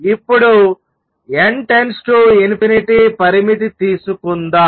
ఇప్పుడు n →∞ పరిమితి తీసుకుందాం